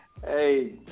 Hey